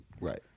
right